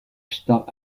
stark